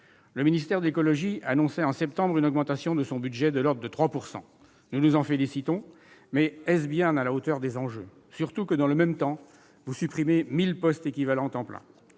Le ministère de l'écologie annonçait en septembre une augmentation de son budget de l'ordre de 3 %. Nous nous en félicitons, mais est-ce bien à la hauteur des enjeux ? La question se pose d'autant plus que, dans le même temps, vous supprimez 1 000 postes équivalents temps plein